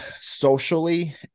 socially